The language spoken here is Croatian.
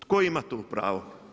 Tko ima to pravo?